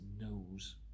knows